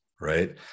Right